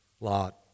Lot